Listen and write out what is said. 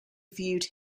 viewed